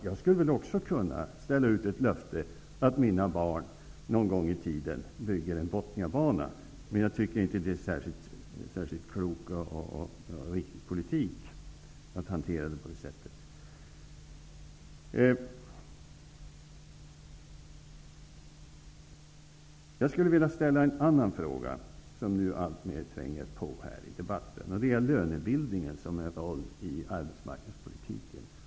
Jag skulle också kunna ställa upp ett löfte att mina barn någon gång i tiden bygger en Botniabana, men jag tycker inte att det är en särskilt klok och riktig politik att hantera det på det sättet. Jag skulle vilja ställa en annan fråga som alltmer tränger på i debatten. Den gäller lönebildningens roll i arbetsmarknadspolitiken.